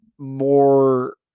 more